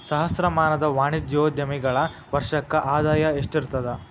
ಸಹಸ್ರಮಾನದ ವಾಣಿಜ್ಯೋದ್ಯಮಿಗಳ ವರ್ಷಕ್ಕ ಆದಾಯ ಎಷ್ಟಿರತದ